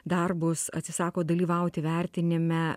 darbus atsisako dalyvauti vertinime